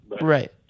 Right